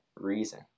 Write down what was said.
Reason